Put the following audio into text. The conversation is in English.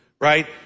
right